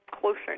closer